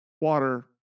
water